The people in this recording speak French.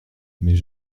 mais